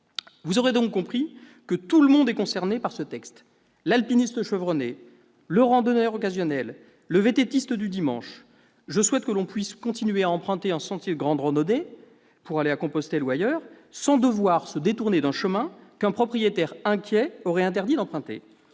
Vous aurez donc compris que tout le monde est concerné par ce texte : l'alpiniste chevronné, le randonneur occasionnel, le « VTTiste » du dimanche. Je souhaite que l'on puisse continuer à emprunter un sentier de grande randonnée, pour aller à Compostelle ou ailleurs, sans devoir se détourner d'un chemin qu'un propriétaire inquiet aurait interdit d'emprunter